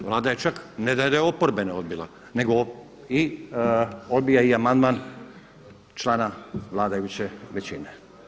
Vlada je čak, ne da je oporbene odbila, nego odbija i amandman člana vladajuće većine.